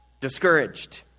discouraged